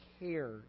care